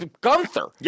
Gunther